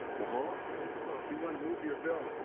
um ah you want to move your bill?